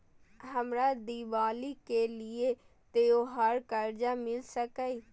हमरा दिवाली के लिये त्योहार कर्जा मिल सकय?